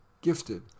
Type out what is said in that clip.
Gifted